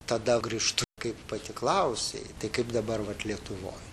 tada grįžtu kaip pati klausei tai kaip dabar vat lietuvoj